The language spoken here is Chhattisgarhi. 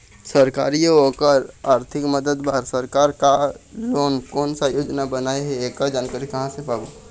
सरकारी अउ ओकर आरथिक मदद बार सरकार हा कोन कौन सा योजना बनाए हे ऐकर जानकारी कहां से पाबो?